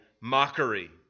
mockery